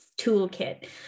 toolkit